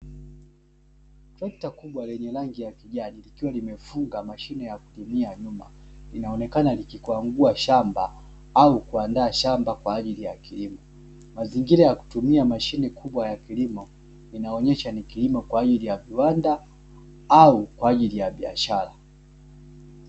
Trekta kubwa lenye rangi ya kijani likiwa limefunga mashine ya kulimia nyuma, linaonekana likikwangua shamba au kuandaa shamba kwa ajili ya kilimo. Mazingira ya kutumia mashine kubwa ya kilimo, inaonesha ni kilimo kwa ajili ya viwanda au kwa ajili ya biashara.